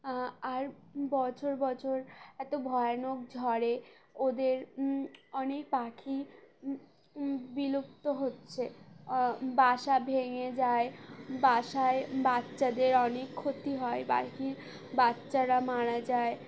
আর বছর বছর এতো ভয়ানক ঝড়ে ওদের অনেক পাখি বিলুপ্ত হচ্ছে বাসা ভেঙে যায় বাসায় বাচ্চাদের অনেক ক্ষতি হয় পাখির বাচ্চারা মারা যায়